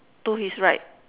to his right